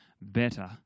better